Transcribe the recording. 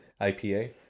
IPA